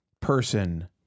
person